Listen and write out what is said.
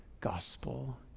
gospel